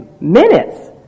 minutes